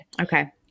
Okay